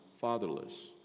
fatherless